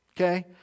okay